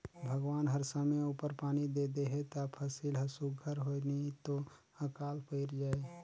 भगवान हर समे उपर पानी दे देहे ता फसिल हर सुग्घर होए नी तो अकाल पइर जाए